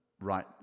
right